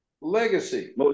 Legacy